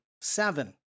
Seven